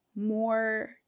more